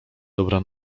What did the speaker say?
dobra